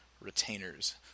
retainers